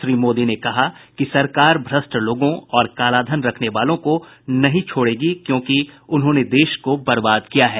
श्री मोदी ने कहा कि सरकार भ्रष्ट लोगों और कालाधन रखने वालों को नहीं छोड़ेगी क्योंकि उन्होंने देश को बर्बाद किया है